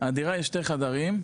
הדירה היא שני חדרים,